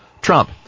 Trump